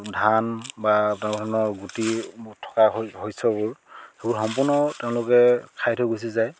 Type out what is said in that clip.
ধান বা তেনেধৰণৰ গুটি থকা শস্যবোৰ সম্পূৰ্ণ তেওঁলোকে খাই থৈ গুচি যায়